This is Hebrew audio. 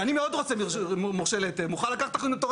אני רוצה רק להבין הבהרה.